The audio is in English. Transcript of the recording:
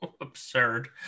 absurd